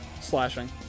slashing